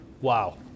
Wow